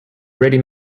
ready